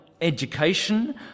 education